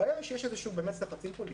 הבעיה שיש לחצים פוליטיים,